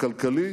הכלכלי,